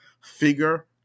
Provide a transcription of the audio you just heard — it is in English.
figure